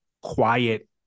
quiet